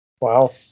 Wow